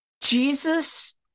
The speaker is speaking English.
Jesus